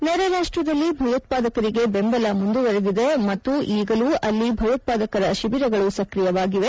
ನೆರೆ ರಾಷ್ಟ್ದಲ್ಲಿ ಭಯೋತ್ಪಾದಕರಿಗೆ ಬೆಂಬಲ ಮುಂದುವರೆದಿದೆ ಮತ್ತು ಈಗಲೂ ಅಲ್ಲಿ ಭಯೋತ್ಪಾದಕರ ಶಿಬಿರಗಳು ಸಕ್ರಿಯವಾಗಿವೆ